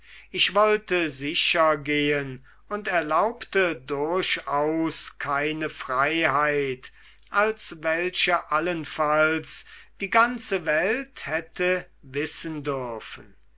ich wollte sicher gehen und erlaubte durchaus keine freiheit als welche allenfalls die ganze welt hätte wissen dürfen